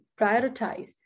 prioritize